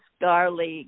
Garlic